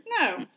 No